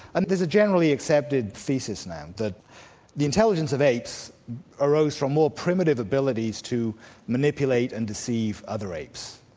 and there's a generally accepted thesis now, that the intelligence of apes arose from more primitive abilities to manipulate and deceive other apes.